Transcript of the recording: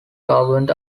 governed